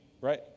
right